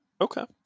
Okay